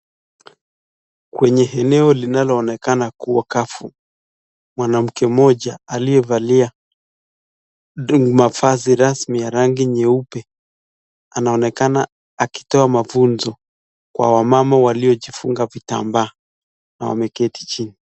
Kwenye eneo linalo onekana kuwa kafu, mwanamke mmoja, aliyefalia, mavazi rasmi ya rangi nyeupe anaonekana akitoa mafunzo, kwa wamama waliojifunga vitambaa na wameketi chini.